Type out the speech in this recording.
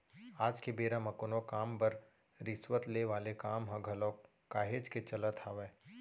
आज के बेरा म कोनो काम बर रिस्वत ले वाले काम ह घलोक काहेच के चलत हावय